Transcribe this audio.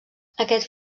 aquest